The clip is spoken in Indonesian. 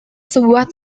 sebuah